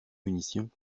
munitions